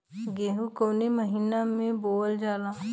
गेहूँ कवने महीना में बोवल जाला?